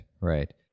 right